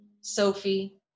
Sophie